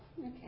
Okay